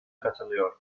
katılıyor